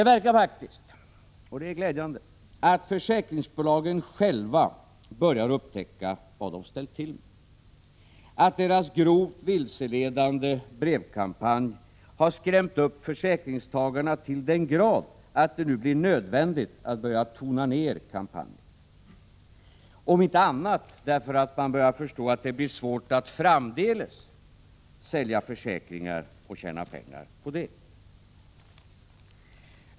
Det verkar faktiskt, glädjande nog, som om försäkringsbolagen själva nu börjar upptäcka vad de ställt till med, att deras grovt vilseledande brevkampanj har skrämt upp försäkringstagarna till den grad att det nu blir nödvändigt att tona ner kampanjen — om inte annat så därför att man börjar förstå att det blir svårt att framdeles sälja försäkringar och tjäna pengar på det.